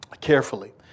carefully